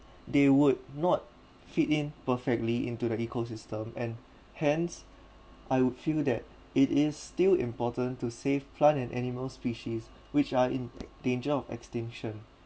they would not fit in perfectly into the ecosystem and hence I would feel that it is still important to save plant and animal species which are in danger of extinction